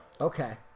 Okay